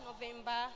November